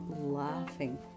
laughing